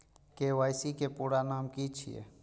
KYC के पूरा नाम की छिय?